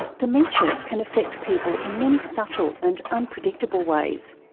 dementia can affect people in many subtle and unpredictable ways.